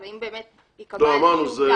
לא יידחה.